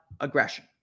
aggression